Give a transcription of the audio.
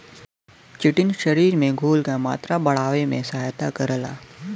chitin शरीर में घोल क मात्रा बढ़ावे में सहायता करला